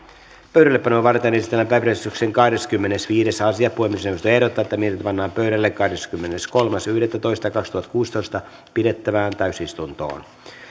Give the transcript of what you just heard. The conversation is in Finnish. pöydällepanoa varten esitellään päiväjärjestyksen kahdeskymmenesviides asia puhemiesneuvosto ehdottaa että mietintö pannaan pöydälle kahdeskymmeneskolmas yhdettätoista kaksituhattakuusitoista pidettävään täysistuntoon